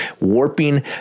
warping